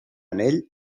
anell